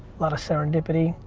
lot of serendipity.